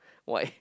white